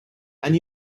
and